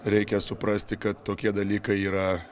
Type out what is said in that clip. reikia suprasti kad tokie dalykai yra